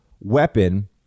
weapon